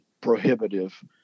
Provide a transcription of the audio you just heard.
prohibitive